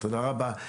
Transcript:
תודה רבה.